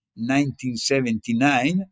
1979